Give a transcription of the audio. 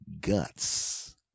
guts